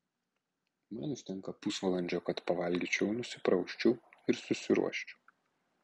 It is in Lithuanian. man užtenka pusvalandžio kad pavalgyčiau nusiprausčiau ir susiruoščiau